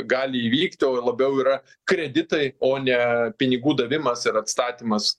gali įvykti o labiau yra kreditai o ne pinigų davimas ir atstatymas